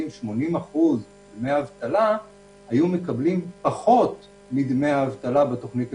80% דמי אבטלה היו מקבלים פחות מדמי האבטלה בתוכנית הגרמנית.